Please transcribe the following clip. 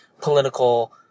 political